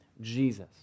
Jesus